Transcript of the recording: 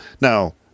Now